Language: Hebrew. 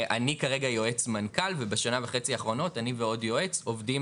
אני כרגע יועץ מנכ"ל ובשנה וחצי האחרונות אני ועוד יועץ עובדים